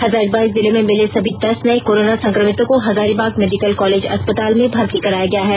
हजारीबाग जिले में मिले सभी दस नए कोरोना संक्रमितों को हजारीबाग मेडिकल कॉलेज अस्पताल में भर्ती कराया गया है